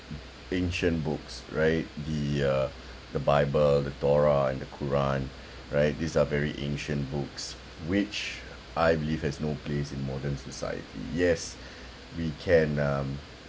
ancient books right the uh the bible the torah and the quran right these are very ancient books which I believe has no place in modern society yes we can um